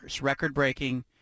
record-breaking